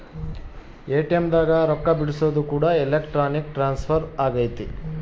ATM ದಾಗ ರೊಕ್ಕ ಬಿಡ್ಸೊದು ಕೂಡ ಎಲೆಕ್ಟ್ರಾನಿಕ್ ಟ್ರಾನ್ಸ್ಫರ್ ಅಗೈತೆ